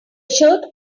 shirt